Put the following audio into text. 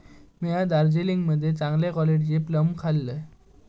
म्या दार्जिलिंग मध्ये चांगले क्वालिटीचे प्लम खाल्लंय